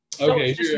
okay